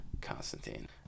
constantine